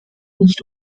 nicht